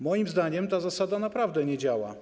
Moim zdaniem ta zasada naprawdę nie działa.